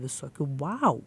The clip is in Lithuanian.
visokių wow